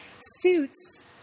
suits